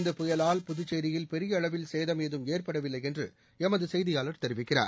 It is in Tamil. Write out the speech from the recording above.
இந்த புயலால் புதுச்சேரியில் பெரிய அளவில் சேதம் ஏதும் ஏற்படவில்லை என்று எமது செய்தியாளர் தெரிவிக்கிறார்